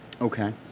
Okay